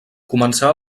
començà